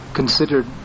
considered